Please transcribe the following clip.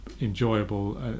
enjoyable